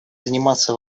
заниматься